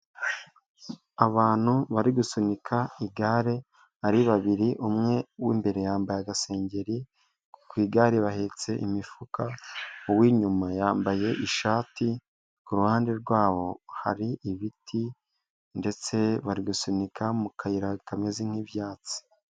Abantu bari gusunika igare, ari babiri umwe w'imbere yambaye agasengeri. Ku igare bahetse imifuka. Uwinyuma yambaye ishati, kuruhande rwabo hari ibiti, ndetse bari gusunika mu kayira kameze nk'ibyatsi.